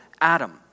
Adam